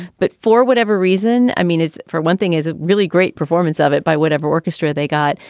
but for whatever reason. i mean, it's for one thing, is it really great performance of it by whatever orchestra they got?